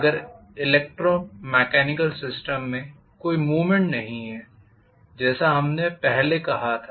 अगर electromechanical system में कोई मूवमेंट नहीं है जैसा हमने पहले माना था